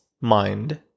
mind